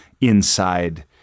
inside